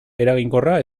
eraginkorra